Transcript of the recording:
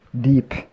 deep